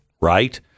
right